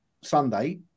Sunday